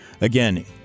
Again